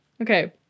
Okay